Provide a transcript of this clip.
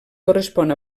correspon